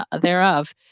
thereof